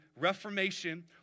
Reformation